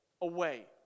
away